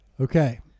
okay